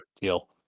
deal